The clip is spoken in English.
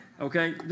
Okay